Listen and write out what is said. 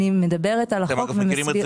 אני מדברת על החוק ומסבירה,